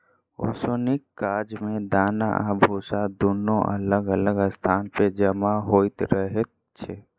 ओसौनीक काज मे दाना आ भुस्सा दुनू अलग अलग स्थान पर जमा होइत रहैत छै